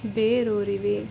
ಬೇರೂರಿವೆ